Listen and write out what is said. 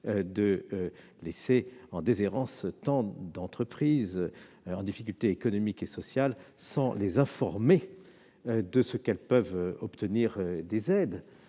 de laisser en déshérence tant d'entreprises en difficulté économique et sociale sans les informer de ce que les aides leur permettent